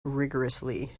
rigourously